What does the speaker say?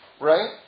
right